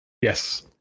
Yes